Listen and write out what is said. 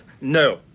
No